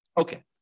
Okay